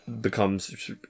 Becomes